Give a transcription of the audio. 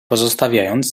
pozostawiając